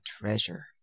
treasure